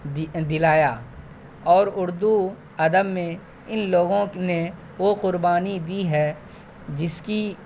دلایا اور اردو ادب میں ان لوگوں نے وہ قربانی دی ہے جس کی